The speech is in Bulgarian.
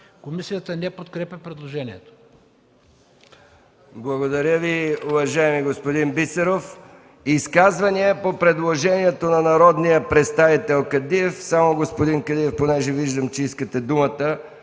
Комисията не подкрепя предложението.